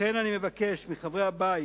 לכן אני מבקש מחברי הבית